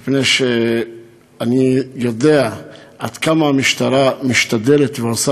מפני שאני יודע עד כמה המשטרה משתדלת ועושה